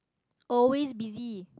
always busy